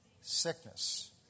sickness